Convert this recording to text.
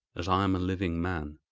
as i am a living man,